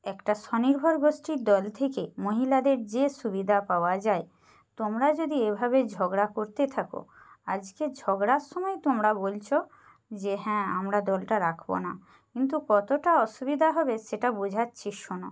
একটা স্বনির্ভর গোষ্ঠীর দল থেকে মহিলাদের যে সুবিধা পাওয়া যায় তোমরা যদি এভাবে ঝগড়া করতে থাকো আজকে ঝগড়ার সময় তোমরা বলছ যে হ্যাঁ আমরা দলটা রাখব না কিন্তু কতটা অসুবিধা হবে সেটা বোঝাচ্ছি শোনো